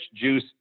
juice